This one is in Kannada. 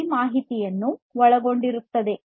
ಆ ಮಾಹಿತಿಯನ್ನು ಒಳಗೊಂಡಿರುತ್ತದೆ